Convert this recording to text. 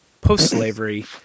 post-slavery